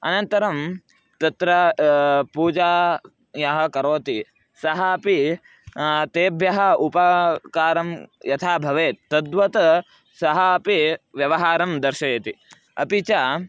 अनन्तरं तत्रा पूजां यः करोति सः अपि तेभ्यः उपाकारं यथा भवेत् तद्वत् सः अपि व्यवहारं दर्शयति अपि च